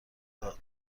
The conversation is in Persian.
داد